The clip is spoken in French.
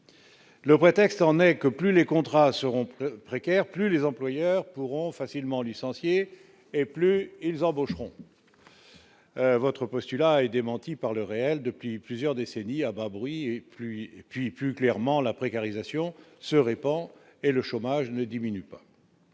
le prétexte en est que plus les contrats seront précaires plus les employeurs pourront facilement licencier et plus ils embaucheront. Votre postulat est démentie par le réel depuis plusieurs décennies à bas bruit et plus et puis plus clairement, la précarisation, se répand et le chômage ne diminue pas,